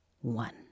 one